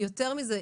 יותר מזה,